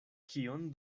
kion